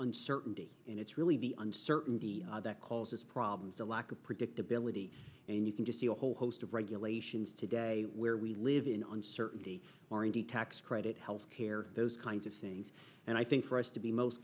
uncertainty and it's really beyond certainty that causes problems a lack of predictability and you can just see a whole host of regulations today where we live in on certainty already tax credit health care those kinds of things and i think for us to be most